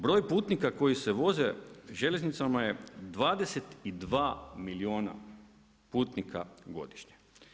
Broj putnika koji se voze željeznicama je 22 milijuna putnika godišnje.